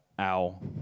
ow